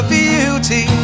beauty